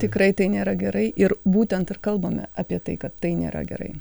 tikrai tai nėra gerai ir būtent ir kalbame apie tai kad tai nėra gerai